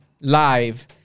live